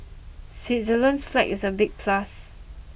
Switzerland's flag is a big plus